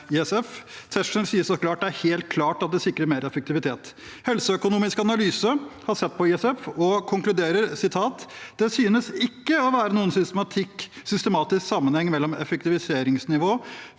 helt klart at det sikrer mer effektivitet. Helseøkonomisk analyse har sett på ISF og konkluderer slik: «Det synes ikke å være noen systematisk sammenheng mellom effektivitetsnivå